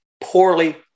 poorly